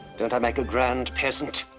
don't i make a grand peasant?